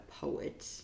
poet